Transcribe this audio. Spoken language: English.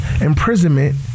Imprisonment